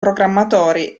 programmatori